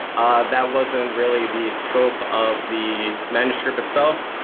ah that wasn't really the scope of the manuscript itself.